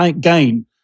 game